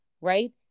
right